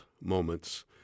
moments